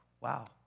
wow